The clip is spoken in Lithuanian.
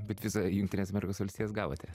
bet vizą jungtinės amerikos valstijose gavote